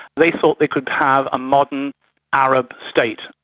they thought they could have a modern arab state,